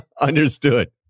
Understood